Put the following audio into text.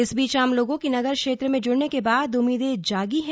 इस बीच आम लोगों की नगर क्षेत्र में जुड़ने के बाद उम्मीदें जागी हैं